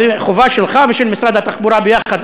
זאת חובה שלך ושל משרד התחבורה יחד,